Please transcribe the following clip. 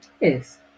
Yes